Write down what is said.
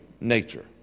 nature